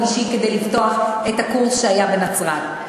אישי כדי לפתוח את הקורס שהיה בנצרת.